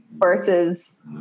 versus